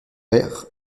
vers